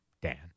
Dan